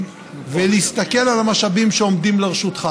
ולהסתכל על המשאבים שעומדים לרשותך.